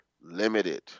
limited